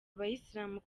abasilamu